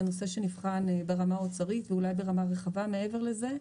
זה נושא שנבחן ברמה אוצרית ואולי ברמה רחבה מעבר לזה.